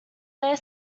their